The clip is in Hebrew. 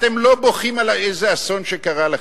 אתם לא בוכים על איזה אסון שקרה לכם,